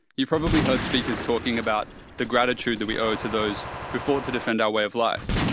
you've probably heard speakers talking about the gratitude that we owe to those who fought to defend our way of life.